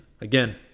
again